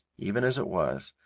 even as it was,